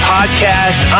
Podcast